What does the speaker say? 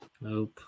Nope